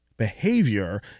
behavior